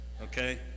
okay